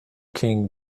king